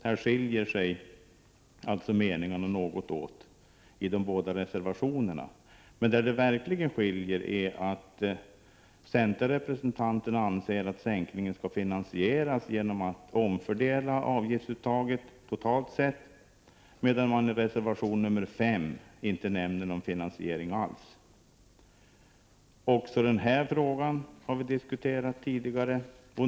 Här skiljer sig alltså meningarna något åt i de båda reservationerna. Men den verkliga skillnaden är att centerrepresentanterna anser att sänkningen skall finansieras genom en omfördelning av avgiftsuttaget totalt sett, medan man i reservation 5 inte nämner någon finansiering alls. Också den här frågan har diskuterats tidigare.